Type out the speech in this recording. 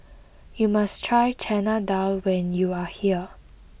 you must try Chana Dal when you are here